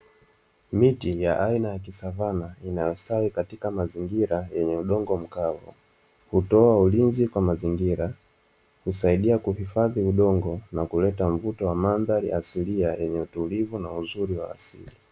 Miti ya aina ya kisavana inayositawi katika mazingira yenye udongo mkavu hutoa ulinzi kwa mazingira, husaidia kuhifadhi udongo na kuleta mvuto wa madhari asilia yenye utulivu na uzuri wa asili.